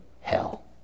hell